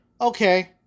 Okay